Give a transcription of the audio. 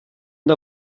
der